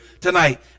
tonight